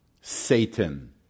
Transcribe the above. Satan